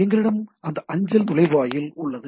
எங்களிடம் அந்த அஞ்சல் நுழைவாயில் உள்ளது